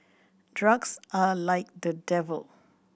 drugs are like the devil